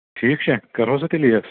ٹھیٖک چھےٚ کَرہوسا تیٚلہِ یہِ